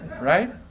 right